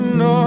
no